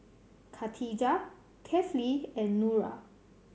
khatijah Kefli and Nura